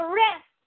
rest